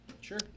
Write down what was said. Sure